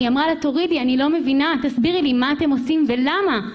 היא אמרה לה להוריד כי היא לא מבינה כדי שתסביר לה מה עושים לה ולמה.